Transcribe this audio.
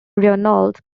reynolds